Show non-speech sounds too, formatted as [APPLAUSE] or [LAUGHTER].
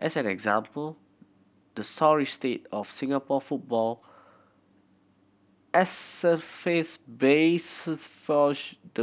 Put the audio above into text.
as an example the sorry state of Singapore football [UNINTELLIGIBLE] the